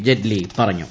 ജെയ്റ്റ്ലി പറഞ്ഞു